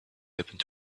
happen